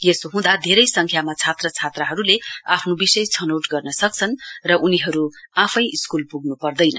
यसो हुँदा धेरै सङ्ख्यामा छात्र छात्राहरूले आफ्नो विषय छनौट गर्नसक्छन् र उनीहरू आफै स्कूल पुग्नपर्दैन